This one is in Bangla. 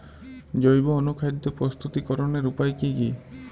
জৈব অনুখাদ্য প্রস্তুতিকরনের উপায় কী কী?